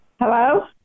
Hello